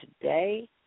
today